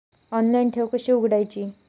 Online ठेव कशी उघडायची?